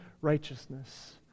righteousness